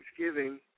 thanksgiving